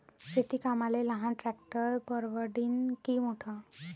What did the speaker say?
शेती कामाले लहान ट्रॅक्टर परवडीनं की मोठं?